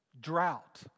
Drought